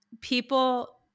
people